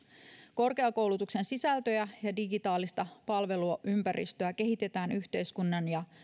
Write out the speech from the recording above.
korkeakoulutuksen sisältöjä ja digitaalista palveluympäristöä kehitetään yhteiskunnan ja